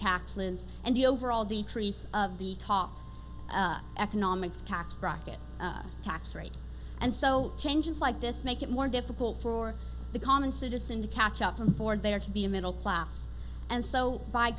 taxes and the overall decrease of the top economic tax bracket tax rate and so changes like this make it more difficult for the common citizen to catch up on the board there to be a middle class and so by